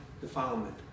defilement